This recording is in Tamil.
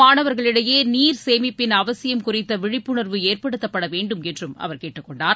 மாணவர்களிடையே நீர் சேமிப்பின் அவசியம் குறித்த விழிப்புணர்வு ஏற்படுத்தப்பட வேண்டும் என்றும் அவர் கேட்டுக் கொண்டார்